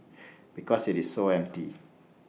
because IT is so empty